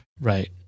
Right